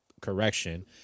correction